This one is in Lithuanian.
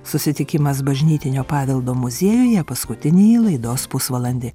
susitikimas bažnytinio paveldo muziejuje paskutinįjį laidos pusvalandį